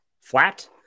flat